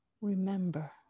remember